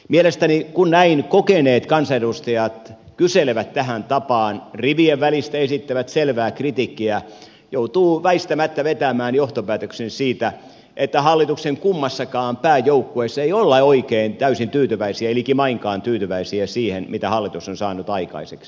mielestäni kun näin kokeneet kansanedustajat kyselevät tähän tapaan rivien välistä esittävät selvää kritiikkiä joutuu väistämättä vetämään johtopäätöksen siitä että hallituksen kummassakaan pääjoukkueessa ei olla oikein täysin tyytyväisiä ei likimainkaan tyytyväisiä siihen mitä hallitus on saanut aikaiseksi